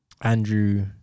Andrew